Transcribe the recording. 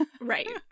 Right